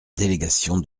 délégation